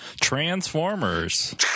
transformers